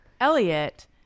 Elliot